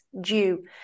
due